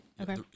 Okay